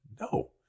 no